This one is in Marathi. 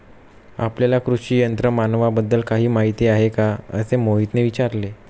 आपल्याला कृषी यंत्रमानवाबद्दल काही माहिती आहे का असे मोहितने विचारले?